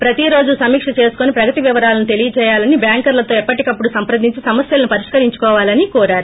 ప్రతి రోజు సమీక్ష చేసుకోని ప్రగతి వివరాలను తెలియజేయాలని బ్యాంకర్లతో ఎప్పటికప్పుడు సంప్రదించి సమస్వలను పరిష్కరించుకోవాలని కోరారు